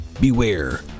beware